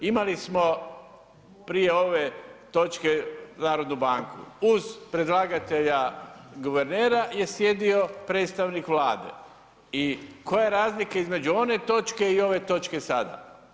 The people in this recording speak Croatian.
Imali smo prije ove točke Narodnu banku uz predlagatelja guvernera je sjedio predstavnik Vlade i koja je razlika između one točke i ove točke sada?